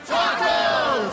Tacos